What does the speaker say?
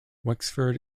wexford